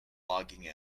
logging